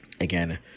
again